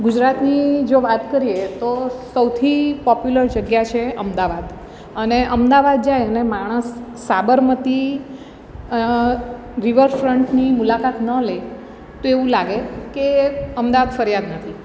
ગુજરાતની જો વાત કરીએ તો સૌથી પોપ્યુલર જગ્યા છે અમદાવાદ અને અમદાવાદ જાય અને માણસ સાબરમતી રિવરફ્રન્ટની મુલાકાત ન લે તો એવું લાગે કે અમદાવાદ ફર્યા જ નથી